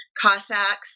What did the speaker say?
Cossacks